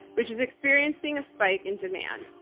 which is experiencing a spike in demand.